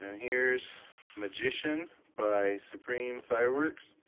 here's magician by supreme fireworks,